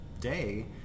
day